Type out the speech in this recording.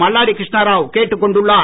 மல்லாடி கிருஷ்ணராவ் கேட்டுக் கொண்டுள்ளார்